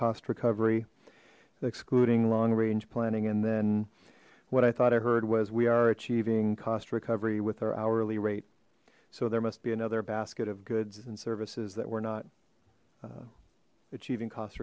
cost recovery excluding long range planning and then what i thought i heard was we are achieving cost recovery with our hourly rate so there must be another basket of goods and services that were not achieving cost